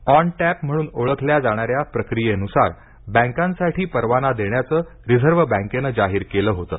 on tap म्हणून ओळखल्या जाणाऱ्या प्रक्रियेनुसार बँकांसाठी परवाना देण्याचं रिझर्व्ह बँकेनं जाहीर केलं होतं